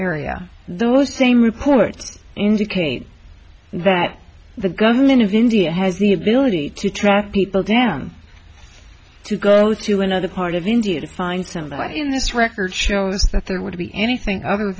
area those same reports indicate that the government of india has the ability to track people down to go to another part of india to find some guy in this record shows that there would be anything other than